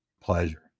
pleasure